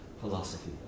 philosophy